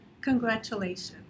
Congratulations